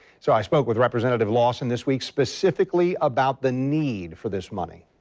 so i spoke with representative lawson this week specifically about the need for this money.